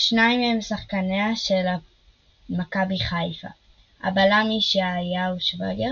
שניים מהם שחקניה של מכבי חיפה הבלם ישעיהו שווגר,